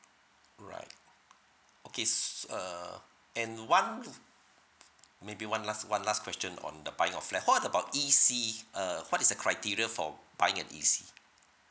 all right okay s~ uh and one maybe one last one last question on the buying of flat what about E_C uh what is the criteria for buying an E_C